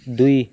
ଦୁଇ